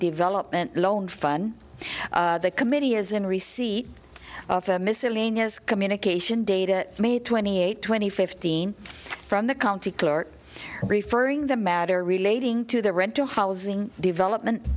development loan fun the committee is in receipt of a miscellaneous communication data from a twenty eight twenty fifteen from the county clerk referring the matter relating to the rental housing development